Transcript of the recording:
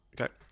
Okay